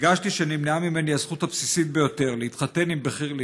הרגשתי שנמנעה ממני הזכות הבסיסית ביותר: להתחתן עם בחיר ליבי.